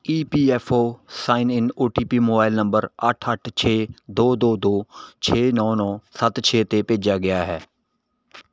E P F O sign in O T P mobile number ਅੱਠ ਅੱਠ ਛੇ ਦੋ ਦੋ ਦੋ ਛੇ ਨੌ ਨੌ ਸੱਤ ਛੇ 'ਤੇ ਭੇਜਿਆ ਗਿਆ ਹੈ